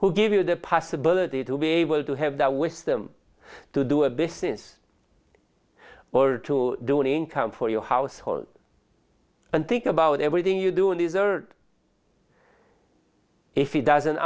who gave you the possibility to be able to have that with them to do a business or to do an income for your household and think about everything you do needs or if it doesn't